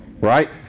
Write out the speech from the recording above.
Right